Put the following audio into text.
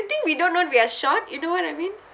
do you think we don't know we are short you know what I mean